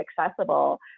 accessible